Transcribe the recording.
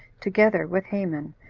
together with haman,